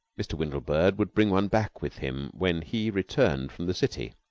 mr. windlebird would bring one back with him when he returned from the city,